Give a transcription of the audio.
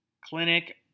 clinic